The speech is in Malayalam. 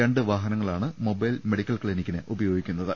രണ്ട് വാഹനങ്ങളാണ് മൊബൈൽ മെഡിക്കൽ ക്ലിനിക്കിന് ഉപയോഗിക്കു ന്നത്